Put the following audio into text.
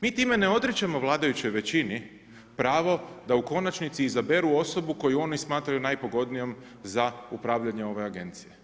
Mi time ne odričemo vladajućoj većini pravo da u konačnici izaberu osobu koju oni smatraju najpogodnijom za upravljanje ove agencije.